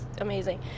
amazing